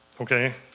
Okay